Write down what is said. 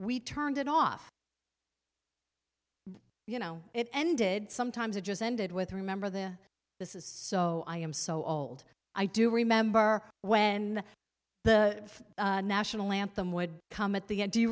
we turned it off you know it ended sometimes it just ended with remember the this is so i am so old i do remember when the national anthem would come at the end do you